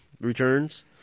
Returns